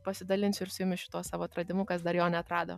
pasidalinsiu ir su jumis šituo savo atradimu kas dar jo neatrado